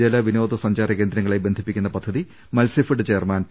ജല വിനോദ സഞ്ചാര കേന്ദ്രങ്ങളെ ബന്ധിപ്പിക്കുന്ന പദ്ധതി മത്സൃഫെഡ് ചെയർമാൻ പി